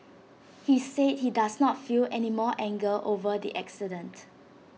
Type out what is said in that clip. he said he does not feel any more anger over the accident